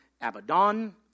Abaddon